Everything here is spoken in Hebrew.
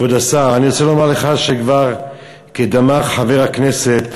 כבוד השר, אני רוצה לומר לך שכבר אמר חבר הכנסת